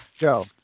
Joe